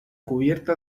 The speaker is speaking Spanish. cubierta